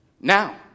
Now